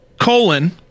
colon